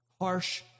harsh